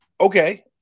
okay